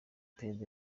perezida